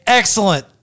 excellent